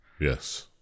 Yes